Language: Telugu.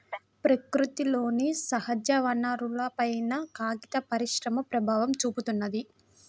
ప్రకృతిలోని సహజవనరులపైన కాగిత పరిశ్రమ ప్రభావం చూపిత్తున్నది